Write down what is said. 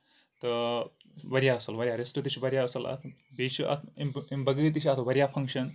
تہٕ واریاہ اَصٕل واریاہ رِسٹ تہِ چھُ واریاہ اَصٕل اَتھ بیٚیہِ چھُ اَتھ اَمہِ بغٲر تہِ چھِ اَتھ واریاہ فنگشن